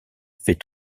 fait